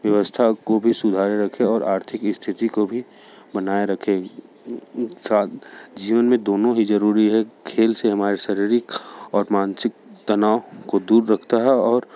व्यवस्था को भी सुधार रखे और आर्थिक स्थिति को भी बनाए रखें साथ जीवन में दोनों ही ज़रूरी है खेल से हमारे शारीरिक और मानसिक तनाव को दूर रखता है और